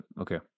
okay